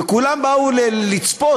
וכולם באו לצפות.